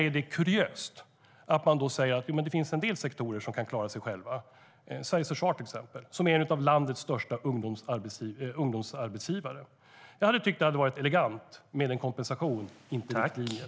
Då är det för mig kuriöst att man säger att det finns en del sektorer som kan klara sig själva, till exempel Sveriges försvar, som är en av landets största ungdomsarbetsgivare. Jag hade tyckt att det varit elegant med en kompensation och inte riktlinjer.